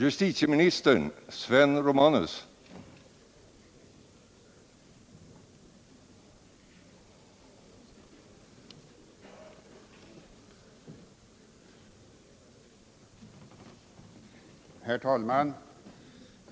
Herr talman!